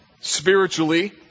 spiritually